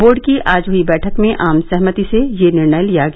board की आज हुई बैठक में आम सहमति से यह निर्णय लिया गया